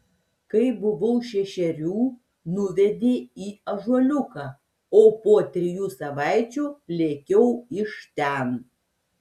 kai buvau šešerių nuvedė į ąžuoliuką o po trijų savaičių lėkiau iš ten